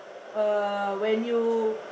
err when you